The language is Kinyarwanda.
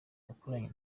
yakoranye